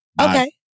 Okay